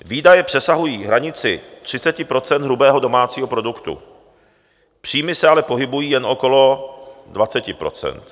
Výdaje přesahují hranici 30 % hrubého domácího produktu, příjmy se ale pohybují jen okolo 20 %.